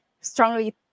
strongly